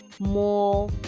more